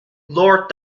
lord